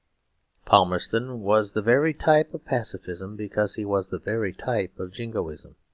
palmerston was the very type of pacifism, because he was the very type of jingoism.